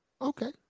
Okay